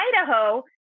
Idaho